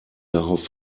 darauf